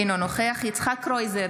אינו נוכח יצחק קרויזר,